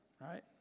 Right